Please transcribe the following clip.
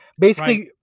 Basically-